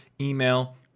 email